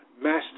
master